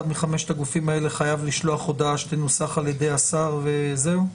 מחמשת הגופים אלה חייב לשלוח הודעה שתנוסח על-ידי השר וזהו?